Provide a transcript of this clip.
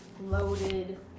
loaded